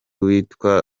witwa